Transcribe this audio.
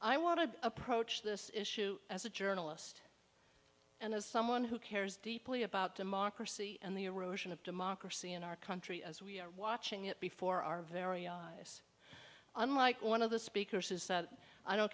i want to approach this issue as a journalist and as someone who cares deeply about democracy and the erosion of democracy in our country as we are watching it before our very eyes unlike one of the speakers is that i don't